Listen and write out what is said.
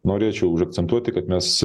norėčiau užakcentuoti kad mes